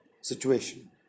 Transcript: situation